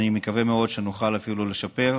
אני מקווה מאוד שנוכל אפילו לשפר,